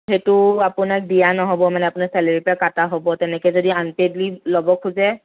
সেইটো আপোনাক দিয়া নহ'ব মানে আপোনাৰ চেলেৰীৰ পৰা কাটা হ'ব তেনেকে যদি আনপেইড লীভ ল'ব খোজে